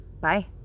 bye